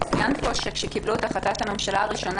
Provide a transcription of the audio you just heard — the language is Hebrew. צוין פה שכאשר קיבלו את החלטת הממשלה הראשונה